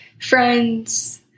friends